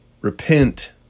Repent